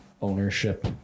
ownership